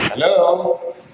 Hello